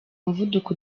umuvuduko